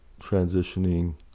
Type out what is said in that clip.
transitioning